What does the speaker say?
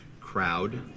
crowd